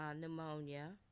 pneumonia